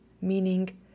meaning